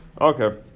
Okay